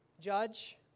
judge